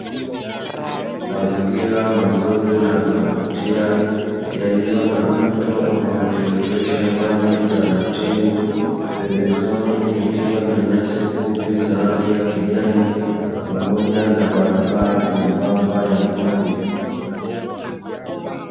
Mazingira mazuri na ya kuvutia yaliyo na mto unaotiririsha maji taratibu. Pembezoni kukiwa na nyasi fupi za rangi ya kijani, pamoja na barabara nyembamba ya vumbi.